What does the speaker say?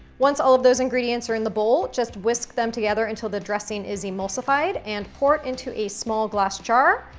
once all of those ingredients are in the bowl, just whisk them together until the dressing is emulsified, and pour it into a small glass jar,